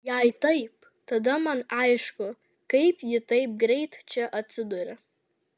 jei taip tada man aišku kaip ji taip greit čia atsidūrė